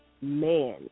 man